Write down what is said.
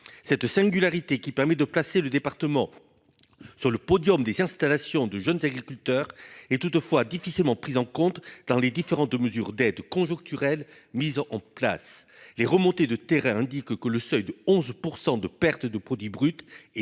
cette singularité qui permet de classer le département. Sur le podium des installations de jeunes agriculteurs est toutefois difficilement pris en compte dans les différentes mesures d'aides conjoncturelles mise en en place les remontées de terrain indique que le seuil de 11% de perte de produit brut est